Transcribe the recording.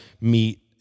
meet